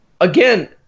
again